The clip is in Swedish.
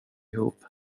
ihop